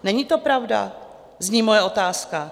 Není to pravda? zní moje otázka.